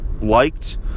liked